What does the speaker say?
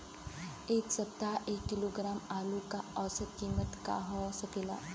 एह सप्ताह एक किलोग्राम आलू क औसत कीमत का हो सकेला?